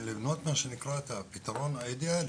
לבנות את הפתרון האידיאלי.